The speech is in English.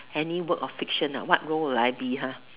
any work of fiction what role would I be